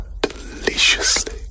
deliciously